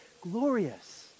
glorious